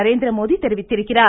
நரேந்திரமோடி தெரிவித்துள்ளார்